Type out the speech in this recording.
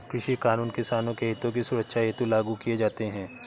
कृषि कानून किसानों के हितों की सुरक्षा हेतु लागू किए जाते हैं